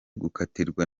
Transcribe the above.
gukatirwa